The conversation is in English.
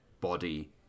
body